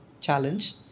challenge